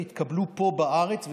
ויתקבלו פה בארץ,